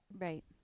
Right